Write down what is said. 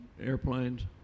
airplanes